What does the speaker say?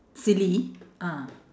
silly ah